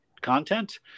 content